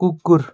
कुकुर